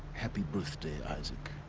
happy birthday, isaac.